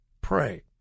pray